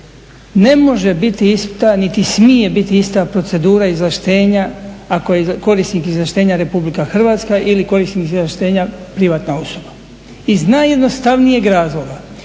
Ne može biti ista, niti smije biti ista procedura izvlaštenja ako je korisnik izvlaštenja Republika Hrvatska ili korisnik izvlaštenja privatna osoba iz najjednostavnijeg razloga